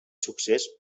succés